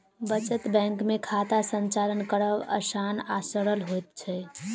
बचत बैंक मे खाता संचालन करब आसान आ सरल होइत छै